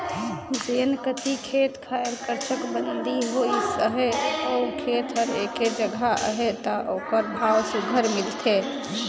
जेन कती खेत खाएर कर चकबंदी होइस अहे अउ खेत हर एके जगहा अहे ता ओकर भाव सुग्घर मिलथे